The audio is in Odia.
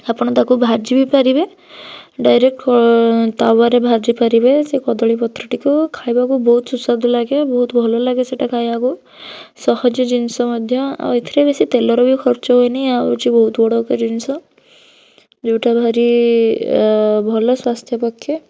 ଆପଣ ତାକୁ ଭାଜି ବି ପାରିବେ ଡ଼ାଇରେକ୍ଟ ତାୱାରେ ଭାଜି ପାରିବେ ସେ କଦଳୀ ପତ୍ରଟିକୁ ଖାଇବାକୁ ବହୁତ ସୁ ସୁଆଦ ଲାଗେ ବହୁତ ଭଲ ଲାଗେ ସେଇଟା ଖାଇବାକୁ ସହଜେ ଜିନଷ ମଧ୍ୟ ଆଉ ଏଥିରେ ବେଶି ତେଲର ବି ଖର୍ଚ୍ଚ ହୁଏନି ଆଉ ହେଉଛି ବହୁତ ବଡ଼ ଜିନିଷ ଯେଉଁଟା ଭାରି ଭଲ ସ୍ୱାସ୍ଥ୍ୟ ପକ୍ଷେ